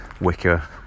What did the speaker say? Wicker